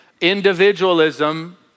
Individualism